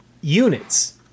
units